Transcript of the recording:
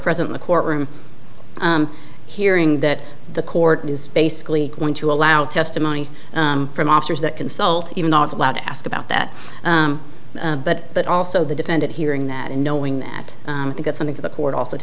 present in the courtroom hearing that the court is basically going to allow testimony from officers that consult even though it's allowed to ask about that but but also the defendant hearing that and knowing that they got something to the court also